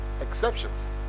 exceptions